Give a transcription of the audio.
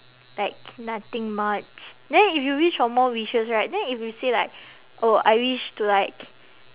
like nothing much then if you wish for more wishes right then if you say like oh I wish to like